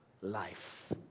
life